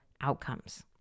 outcomes